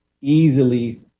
easily